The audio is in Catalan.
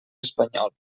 espanyol